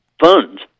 funds